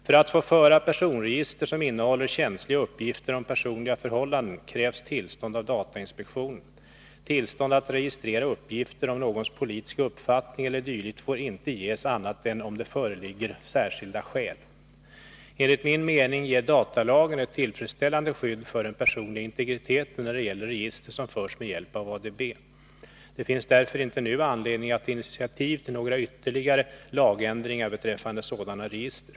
För att få föra personregister som innehåller känsliga uppgifter om personliga förhållanden krävs tillstånd av datainspektionen. Tillstånd att registrera uppgifter om någons politiska uppfattning e. d. får inte ges annat än om det föreligger särskilda skäl. Enligt min mening ger datalagen ett tillfredsställande skydd för den personliga integriteten när det gäller register som förs med hjälp av ADB. Det finns därför inte nu anledning att ta initiativ till några ytterligare lagändringar beträffande sådana register.